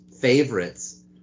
favorites